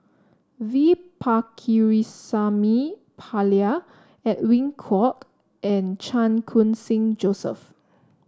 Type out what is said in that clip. V Pakirisamy Pillai Edwin Koek and Chan Khun Sing Joseph